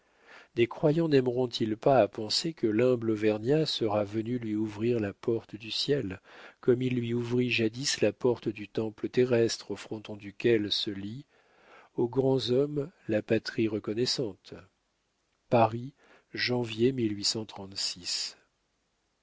des croyants naimeront ils pas à penser que l'humble auvergnat sera venu lui ouvrir la porte du ciel comme il lui ouvrit jadis la porte du temple terrestre au fronton duquel se lit aux grands hommes la patrie reconnaissante paris